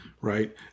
Right